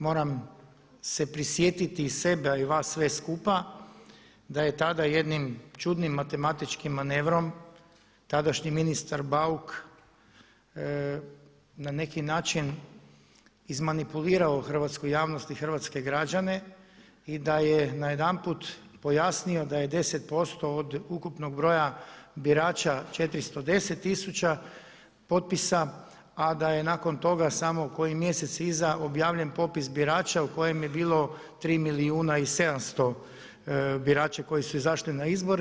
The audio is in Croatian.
Moram se prisjetiti sebe a i vas sve skupa da je tada jednim čudnim matematičkim manevrom tadašnji ministar Bauk na neki način izmanipulirao hrvatsku javnost i hrvatske građane i da je najedanput pojasnio da je 10% od ukupnog broja birača 410 tisuća potpisa, a da je nakon toga samo koji mjesec iza objavljen popis birača u kojem je bilo 3 milijuna i 700 birača koji su izašli na izbore.